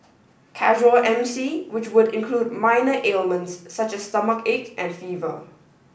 casual M C which would include minor ailments such as stomachache and fever